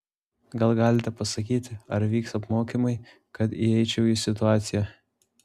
gal galite pasakyti ar vyks apmokymai kad įeičiau į situaciją